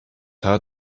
hard